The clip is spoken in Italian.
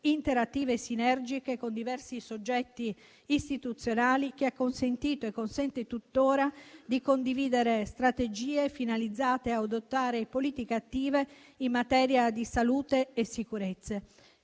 interattive e sinergiche con diversi soggetti istituzionali, che ha consentito e consente tuttora di condividere strategie finalizzate ad adottare politiche attive in materia di salute e sicurezza.